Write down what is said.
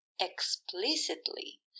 explicitly